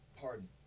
pardon